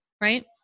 Right